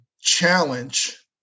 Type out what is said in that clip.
challenge